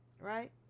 right